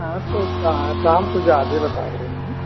हाँ तो दाम तो ज़्यादा ही बता रहे हैं